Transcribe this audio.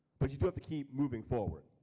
but you do have to keep moving forward.